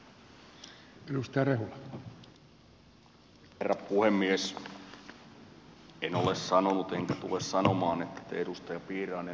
en ole sanonut enkä tule sanomaan että te edustaja piirainen olisitte jotakin väärin lukenut